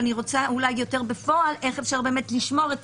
אבל אני רוצה אולי יותר בפועל איך אפשר באמת לשמור את